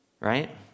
Right